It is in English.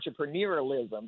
entrepreneurialism